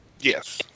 Yes